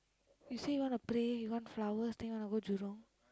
you say you want to pray you want flowers then you want to go Jurong